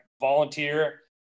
volunteer